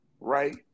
right